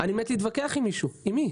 אני מת להתווכח עם מישהו עם מי?